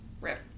Rip